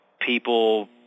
people